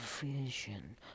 vision